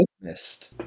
Missed